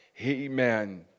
amen